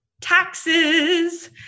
taxes